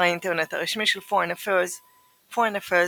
האינטרנט הרשמי של Foreign Affairs Foreign Affairs,